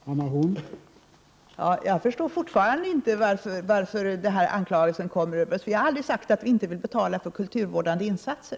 Herr talman! Jag förstår fortfarande inte varför anklagelsen kommer. Vi har aldrig sagt att vi inte vill betala för kulturvårdande insatser.